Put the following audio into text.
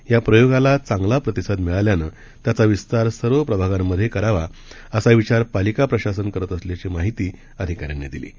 या प्रयोगाला चांगला प्रतिसाद मिळाल्यानं त्यामुळे त्याचा विस्तार सर्व प्रभागांमधे विस्तार करावा असा विचार पालिका प्रशासन करत असल्याची माहिती अधिकाऱ्यांनी आहे